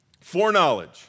foreknowledge